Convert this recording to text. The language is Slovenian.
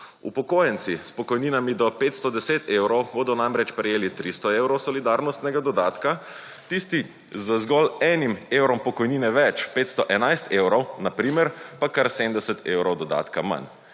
Upokojenci s pokojninami do 510 evrov bodo namreč prejeli 300 evrov solidarnostnega dodatka, tisti z zgolj enim evrov pokojnine več, 511 evrov na primer pa kar 70 evrov dodatka manj